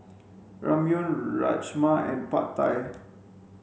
Ramyeon Rajma and Pad Thai